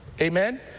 Amen